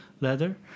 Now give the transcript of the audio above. leather